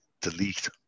delete